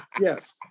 Yes